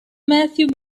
matthew